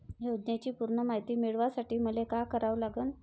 योजनेची पूर्ण मायती मिळवासाठी मले का करावं लागन?